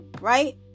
right